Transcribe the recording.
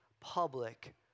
public